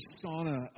persona